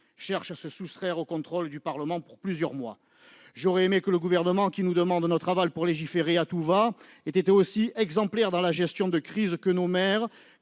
cherche à se soustraire au contrôle du Parlement pour plusieurs mois. J'aurais aimé que le Gouvernement, qui nous demande notre aval pour légiférer à tout-va, ait été aussi exemplaire que nos maires